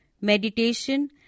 meditation